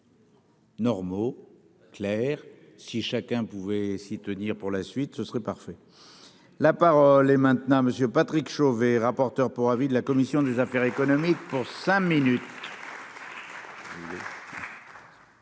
Normaux Claire si chacun pouvait s'y tenir. Pour la suite, ce serait parfait, la parole est maintenant monsieur Patrick Chauvet, rapporteur pour avis de la commission des. Guerre économique pour cinq minutes.